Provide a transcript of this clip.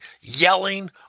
yelling